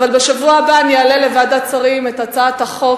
אבל בשבוע הבא אני אעלה לוועדת השרים את הצעת החוק